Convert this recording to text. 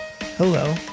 Hello